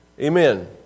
amen